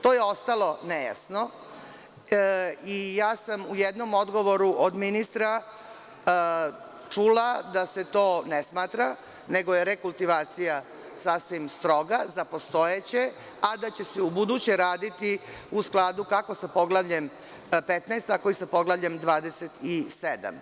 To je ostalo nejasno i ja sam u jednom odgovoru od ministra čula da se to ne smatra, nego je to rekultivacija sasvim stroga za postojeće, a da će se u buduće raditi u skladu kako sa Poglavljem 15. tako i sa Poglavljem 27.